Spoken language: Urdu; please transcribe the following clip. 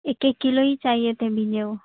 ایک ایک کلو ہی چاہیے تھے بیج وہ